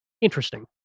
interesting